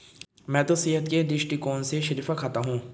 मैं तो सेहत के दृष्टिकोण से शरीफा खाता हूं